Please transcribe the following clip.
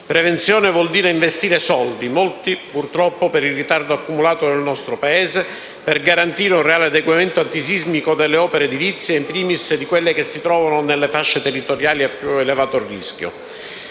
Prevenzione vuol dire investire soldi, molti purtroppo per il ritardo accumulato dal nostro Paese, per garantire un reale adeguamento antisismico delle opere edilizie, *in primis* di quelle che si trovano nelle fasce territoriali a più elevato rischio